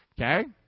Okay